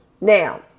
Now